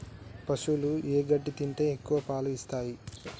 పశువులు ఏ గడ్డి తింటే ఎక్కువ పాలు ఇస్తాయి?